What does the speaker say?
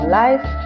life